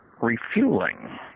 refueling